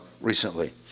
recently